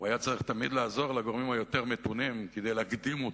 צריך תמיד לעזור לגורמים היותר-מתונים כדי להקדים אותו.